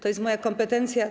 To jest moja kompetencja.